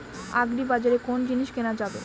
আগ্রিবাজারে কোন জিনিস কেনা যাবে?